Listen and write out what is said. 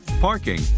parking